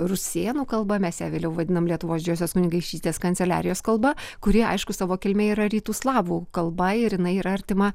rusėnų kalba mes ją vėliau vadinom lietuvos didžiosios kunigaikštystės kanceliarijos kalba kuri aišku savo kilme yra rytų slavų kalba ir jinai yra artima